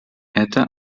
эта